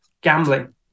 gambling